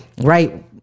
Right